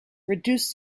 reduce